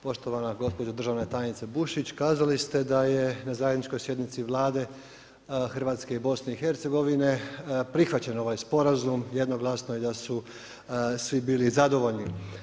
Poštovana gospođa državna tajnice Bušić, kazali ste da je na zajedničkoj sjednici Vlade, Hrvatske i BIH, prihvaćen ovaj sporazum, jednoglasno i da su svi bili zadovoljni.